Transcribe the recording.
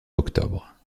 octobre